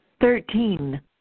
Thirteen